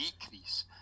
decrease